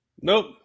Nope